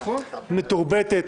מתורבת,